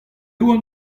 oan